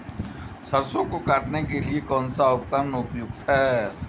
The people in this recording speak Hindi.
सरसों को काटने के लिये कौन सा उपकरण उपयुक्त है?